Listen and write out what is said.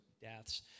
deaths